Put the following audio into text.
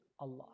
Allah